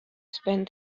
spent